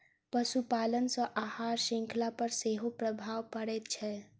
पशुपालन सॅ आहार शृंखला पर सेहो प्रभाव पड़ैत छै